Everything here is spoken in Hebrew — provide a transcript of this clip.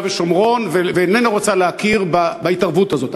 ושומרון ואיננה רוצה להכיר בהתערבות הזאת.